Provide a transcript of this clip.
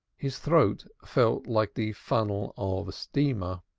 his throat felt like the funnel of a steamer,